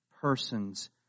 persons